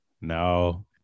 no